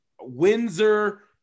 Windsor